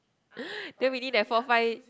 then within that four five